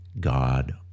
God